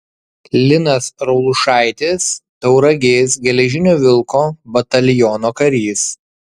linas raulušaitis tauragės geležinio vilko bataliono karys